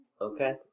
Okay